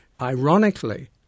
Ironically